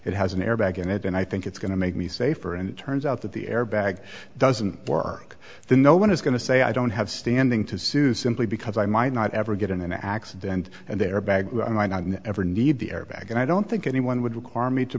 it has an airbag in it and i think it's going to make me safer and it turns out that the airbag doesn't work then no one is going to say i don't have standing to sue simply because i might not ever get in an accident and their bag never need the airbag and i don't think anyone would require me to